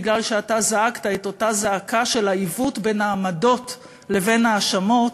בגלל שאתה זעקת את אותה זעקה של העיוות בין העמדות לבין ההאשמות,